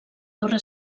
torre